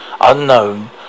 Unknown